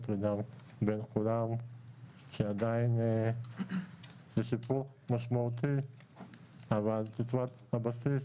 לבין כולם שעדיין יש שיפור משמעותי אבל הבסיס